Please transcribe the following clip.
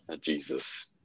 Jesus